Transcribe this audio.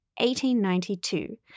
1892